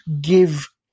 give